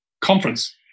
conference